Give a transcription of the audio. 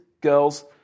Girls